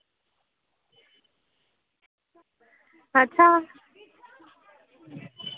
अच्छा